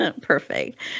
Perfect